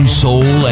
soul